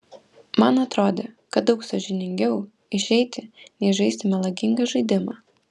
man atrodė kad daug sąžiningiau išeiti nei žaisti melagingą žaidimą